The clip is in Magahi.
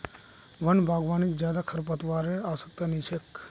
वन बागवानीत ज्यादा रखरखावेर आवश्यकता नी छेक